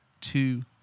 two